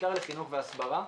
ובעיקר חינוך והסברה,